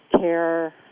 care